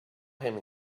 him